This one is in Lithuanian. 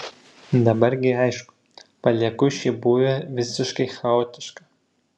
dabar gi aišku palieku šį būvį visiškai chaotišką